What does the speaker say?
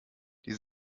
die